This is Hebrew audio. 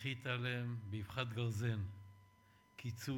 הנחיתה עליהן באבחת גרזן קיצוץ